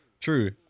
True